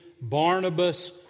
Barnabas